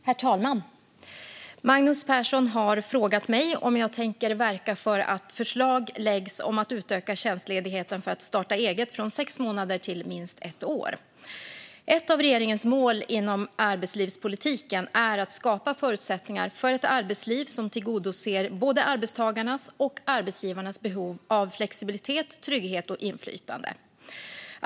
Herr talman! Magnus Persson har frågat mig om jag tänker verka för att förslag läggs fram om att utöka tjänstledigheten för att starta eget från sex månader till minst ett år. Ett av regeringens mål inom arbetslivspolitiken är att skapa förutsättningar för ett arbetsliv som tillgodoser både arbetstagarnas och arbetsgivarnas behov av flexibilitet, trygghet och inflytande.